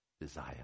desire